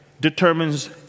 determines